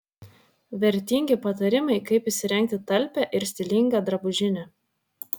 vertingi patarimai kaip įsirengti talpią ir stilingą drabužinę